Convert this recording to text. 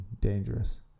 dangerous